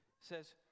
says